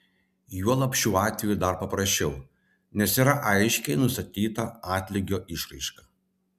juolab šiuo atveju dar paprasčiau nes yra aiškiai nustatyta atlygio išraiška